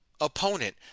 opponent